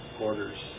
orders